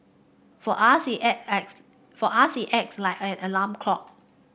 for us it for us it acts like an alarm clock